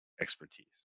expertise